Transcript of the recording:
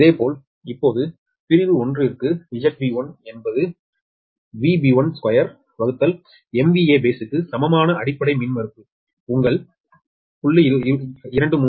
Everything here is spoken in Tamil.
இதேபோல் இப்போது பிரிவு 1 க்கு ZB1 என்பது 2MVA base க்கு சமமான அடிப்படை மின்மறுப்பு உங்கள் 0